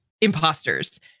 imposters